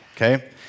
okay